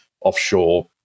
offshore